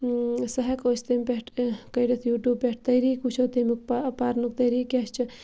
سُہ ہٮ۪کو أسۍ تمہِ پٮ۪ٹھ کٔڑِتھ یوٗٹیوٗب پٮ۪ٹھ طٔریٖقہٕ وٕچھو تمیُک پہ پَرنُک طٔریٖقہٕ کیٛاہ چھِ